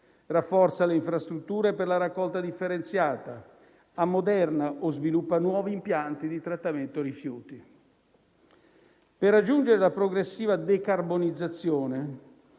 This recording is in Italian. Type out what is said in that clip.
rafforza le infrastrutture per la raccolta differenziata, ammoderna o sviluppa nuovi impianti di trattamento rifiuti. Per raggiungere la progressiva decarbonizzazione